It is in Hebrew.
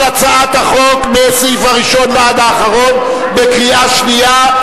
על הצעת החוק מהסעיף הראשון ועד האחרון בקריאה שנייה,